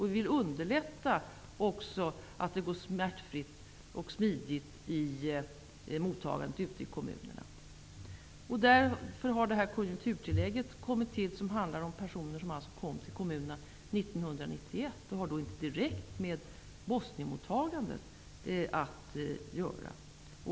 Vi vill medverka till att mottagandet ute i kommunerna går smidigt och smärtfritt. Därför har konjunkturtillägget kommit till, som alltså gäller personer som kom till kommunerna under 1991. Det har inte direkt med bosniermottagandet att göra.